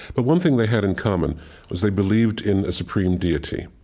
but one thing they had in common was they believed in a supreme deity.